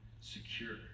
secure